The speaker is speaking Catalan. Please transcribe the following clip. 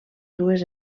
dues